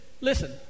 listen